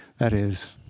that is.